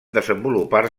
desenvolupar